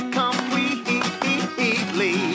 completely